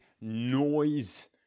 noise